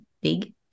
big